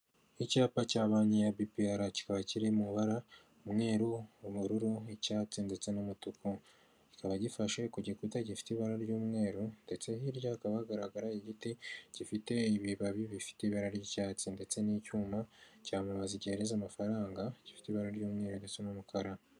Icyapa cya banki ya bipiyara, kiba kiri mu bara umweru, ubururu, icyatsi ndetse n'umutuku, kikaba gifashe ku gikuta gifite ibara ry'umweru, ndetse hirya hakaba hagaragara igiti gifite ibibabi bifite ibara ry'icyatsi ndetse n'icyuma cya mumaza gihehereza amafaranga gifite ibara ry'umweru ndetse n'umukara.